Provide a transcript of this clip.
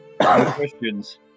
Questions